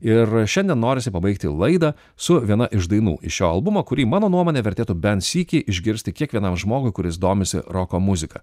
ir šiandien norisi pabaigti laidą su viena iš dainų iš šio albumo kurį mano nuomone vertėtų bent sykį išgirsti kiekvienam žmogui kuris domisi roko muzika